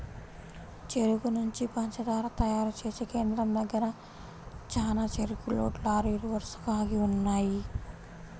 చెరుకు నుంచి పంచదార తయారు చేసే కేంద్రం దగ్గర చానా చెరుకు లోడ్ లారీలు వరసగా ఆగి ఉన్నయ్యి